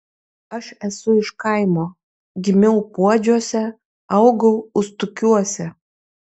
aš esu iš kaimo gimiau puodžiuose augau ustukiuose